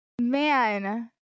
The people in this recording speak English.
man